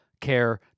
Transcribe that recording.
care